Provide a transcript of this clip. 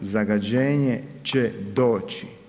Zagađenje će doći.